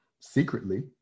secretly